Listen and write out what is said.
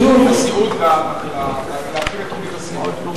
הסיעוד, להתחיל את תוכנית הסיעוד.